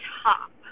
top